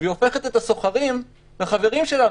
והיא הופכת את הסוחרים לחברים שלנו.